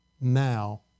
now